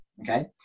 okay